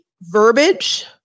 verbiage